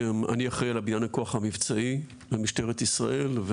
אני אחראי על בניין הכוח המבצעי במשטרת ישראל.